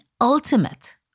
ultimate